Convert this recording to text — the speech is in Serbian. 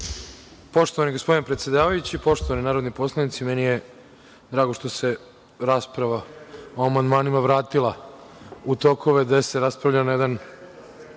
Poštovani gospodine predsedavajući, poštovani narodni poslanici, meni je drago što se rasprava o amandmanima vratila u tokove gde se raspravlja na jedan